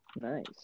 Nice